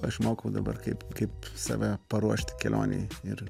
aš mokau dabar kaip kaip save paruošti kelionei ir